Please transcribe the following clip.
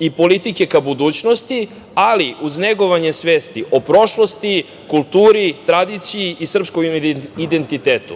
i politike ka budućnosti, ali uz negovanje svesti o prošlosti, kulturi, tradiciji i srpskom identitetu.